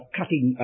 cutting